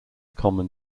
common